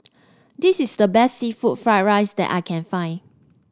this is the best seafood Fried Rice that I can find